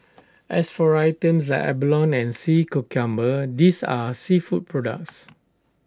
as for items like abalone and sea cucumber these are seafood products